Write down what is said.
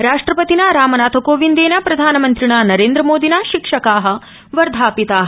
राष्ट्रपतिना रामनाथकोविन्देन प्रधानमन्त्रिणा नरेन्द्रमोदिना शिक्षका वर्धापिता